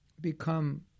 become